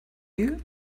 you